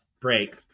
break